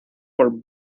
por